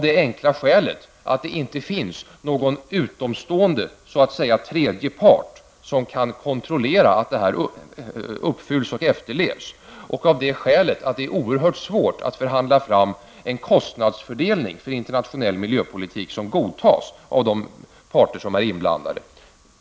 Det enkla skälet är att det inte finns någon utomstående så att säga tredje part som kan kontrollera att dessa avtal uppfylls och efterlevs och att det är oerhört svårt att förhandla fram en kostnadsfördelning för internationell miljöpolitik som godtas av de parter som är inblandade.